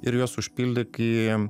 ir juos užpildyk į